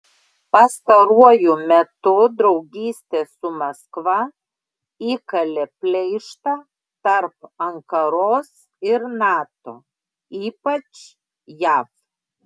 pastaruoju metu draugystė su maskva įkalė pleištą tarp ankaros ir nato ypač jav